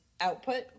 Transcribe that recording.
output